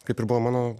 kaip ir buvo mano